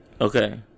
Okay